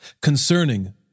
concerning